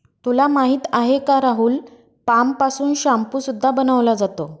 तुला माहिती आहे का राहुल? पाम पासून शाम्पू सुद्धा बनवला जातो